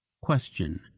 question